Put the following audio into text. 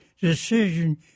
decision